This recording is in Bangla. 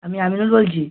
আমি আমিরুল বলছি